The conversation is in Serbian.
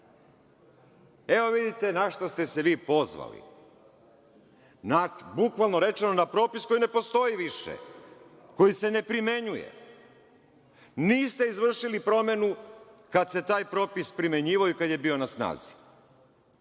vidite na šta ste se vi pozvali, bukvalno rečeno na propis koji ne postoji više, koji se ne primenjuje. Niste izvršili promenu kad se taj propis primenjivao i kad je bio na snazi.